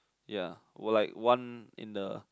ya were like one in the